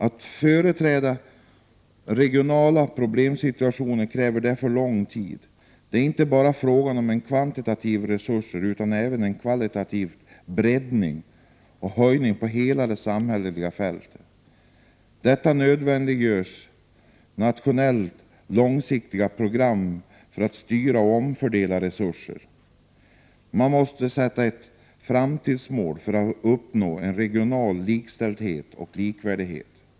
Att förändra regionala problemsituationer kräver därför lång tid. Det handlar inte bara om kvantitativa resurser utan också om en kvalitativ breddning och höjning på det hela samhälleliga fältet. Detta nödvändiggör nationella långsiktiga program för att styra och omfördela resurser. Man måste sätta upp ett framtidsmål för uppnående av regional likställdhet och likvärdighet.